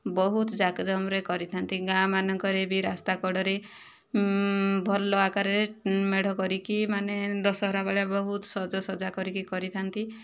ବହୁତ ଜାକଜକମରେ କରିଥାନ୍ତି ଗାଁ ମାନଙ୍କରେ ବି ରାସ୍ତା କଡ଼ରେ ଭଲ ଆକାରରେ ମେଢ଼ କରିକି ମାନେ ଦଶହରା ବେଳେ ବହୁତ ସଜସଜା କରିକି କରିଥାନ୍ତି